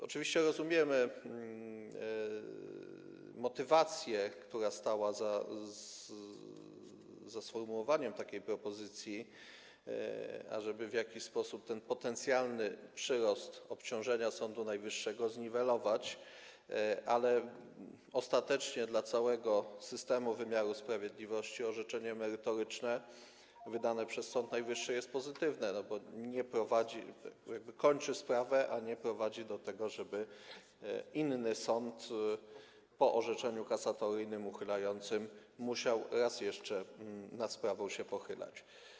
Oczywiście rozumiemy motywację, która stała za sformułowaniem takiej propozycji, żeby w jakiś sposób ten potencjalny przyrost obciążenia Sądu Najwyższego zniwelować, ale ostatecznie dla całego systemu wymiaru sprawiedliwości orzeczenie merytoryczne wydane przez Sąd Najwyższy jest pozytywne, bo kończy sprawę, a nie prowadzi do tego, żeby inny sąd po orzeczeniu kasatoryjnym, uchylającym musiał raz jeszcze nad sprawą się pochylać.